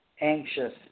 anxious